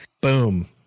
boom